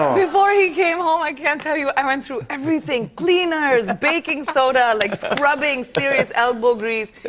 before he came home i can't tell you, i went through everything cleaners, baking soda, like so scrubbing, serious elbow grease.